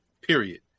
period